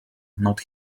not